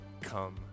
come